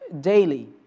daily